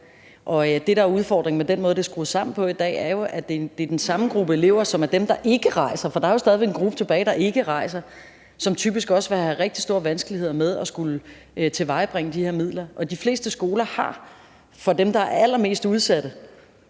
Det, der er udfordringen med den måde, det er skruet sammen på i dag, er jo, at det er den samme gruppe elever, som ikke rejser. For der er jo stadig væk en gruppe tilbage, der ikke rejser, og som typisk også vil have rigtig store vanskeligheder med at skulle tilvejebringe de her midler. De fleste skoler har noget for dem, der er allermest udsatte,